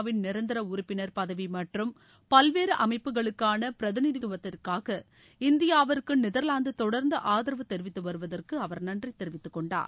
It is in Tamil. வின் நிரந்தர உறுப்பினர் பதவி மற்றும் பல்வேறு அமைப்புகளுக்கான பிரதிநிதித்துவத்திற்காக இந்தியாவிற்கு நெதர்வாந்து தொடர்ந்து ஆதரவு தெரிவித்துவருவதற்கு அவர் நன்றி தெரிவித்துக்கொண்டார்